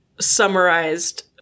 summarized